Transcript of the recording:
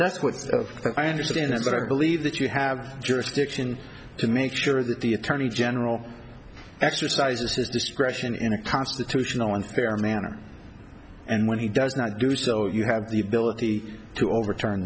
what i understand is that i believe that you have jurisdiction to make sure that the attorney general exercises his discretion in a constitutional and fair manner and when he does not do so if you have the ability to overturn